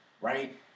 right